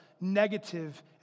negative